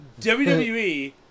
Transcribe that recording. WWE